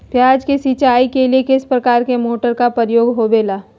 प्याज के सिंचाई के लिए किस प्रकार के मोटर का प्रयोग होवेला?